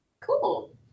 Cool